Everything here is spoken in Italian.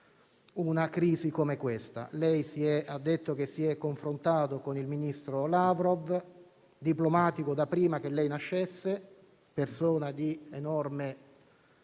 una crisi come questa. Lei ha detto che si è confrontato con il ministro Lavrov, diplomatico da prima che lei nascesse, persona di enorme